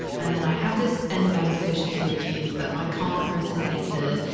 and then i have this enzyme deficiency, which means that i can't process painkillers.